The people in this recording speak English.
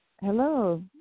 Hello